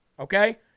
Okay